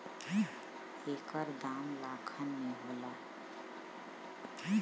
एकर दाम लाखन में होला